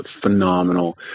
phenomenal